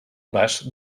vas